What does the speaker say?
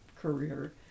career